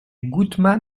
goutman